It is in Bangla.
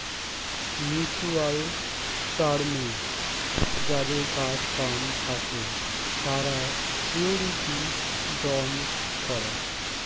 মিউচুয়াল টার্মে যাদের কাজ কাম থাকে তারা শিউরিটি বন্ড করে